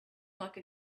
like